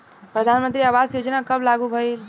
प्रधानमंत्री आवास योजना कब लागू भइल?